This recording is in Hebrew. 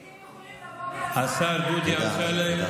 הייתם יכולים לבוא בהצעה, תודה.